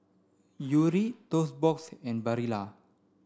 Yuri Toast Box and Barilla